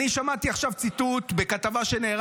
אני שמעתי עכשיו ציטוט בכתבה,